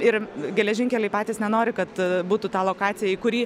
ir geležinkeliai patys nenori kad būtų ta lokacija į kurį